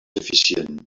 eficient